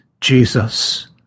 Jesus